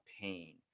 pain